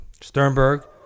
Sternberg